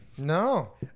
No